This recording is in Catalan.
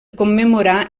commemorar